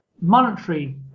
monetary